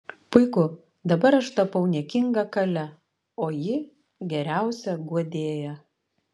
puiku dabar aš tapau niekinga kale o ji geriausia guodėja